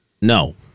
No